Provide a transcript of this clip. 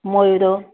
ମୟୂର